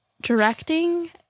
Directing